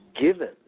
given